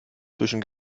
zwischen